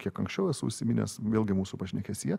kiek anksčiau esu užsiminęs vėlgi mūsų pašnekesyje